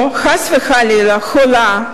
או חס וחלילה חולה,